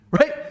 Right